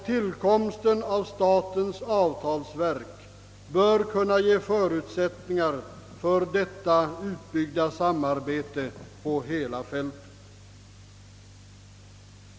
Tillkomsten av statens avtalsverk bör kunna ge förutsättningar för detta utbyggda samarbete på hela fältet.